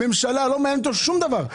לא עניין אותו שום דבר.